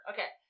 Okay